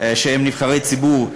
שהם נבחרי ציבור,